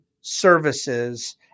services –